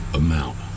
amount